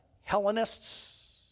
Hellenists